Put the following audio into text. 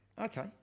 Okay